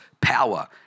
power